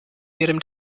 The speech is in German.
ihrem